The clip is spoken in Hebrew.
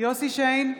יוסף שיין,